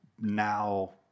now